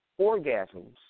orgasms